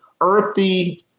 earthy